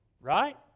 Right